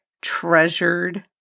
treasured